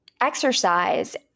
exercise